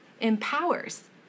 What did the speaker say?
empowers